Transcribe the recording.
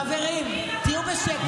חברים, תהיו בשקט.